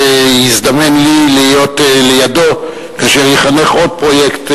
ויזדמן לי להיות לידו כאשר ייחנך עוד פרויקט.